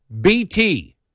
BT